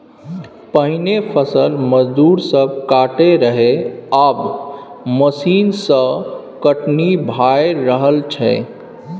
पहिने फसल मजदूर सब काटय रहय आब मशीन सँ कटनी भए रहल छै